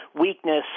weakness